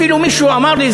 אפילו מישהו אמר לי,